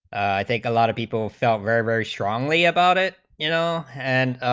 think a lot of people felt very very strongly about it you know and